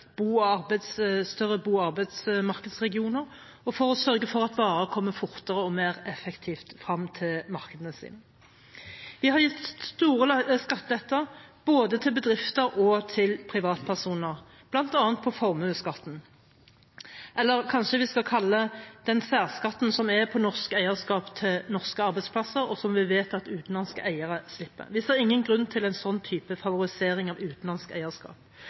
bo- og arbeidsmarkedsregioner og for å sørge for at varer kommer fortere og mer effektivt frem til markedene. Vi har gitt store skatteletter både til bedrifter og til privatpersoner, bl.a. på formueskatten – som vi kanskje heller skal kalle «den særskatten som er på norsk eierskap til norske arbeidsplasser, og som vi vet at utenlandske eiere slipper». Vi ser ingen grunn til en slik favorisering av utenlandsk eierskap.